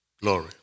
glory